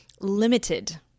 limited